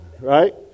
right